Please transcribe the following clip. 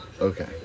Okay